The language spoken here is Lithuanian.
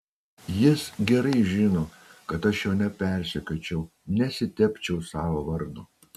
jis gerai žino kad aš jo nepersekiočiau nesitepčiau savo vardo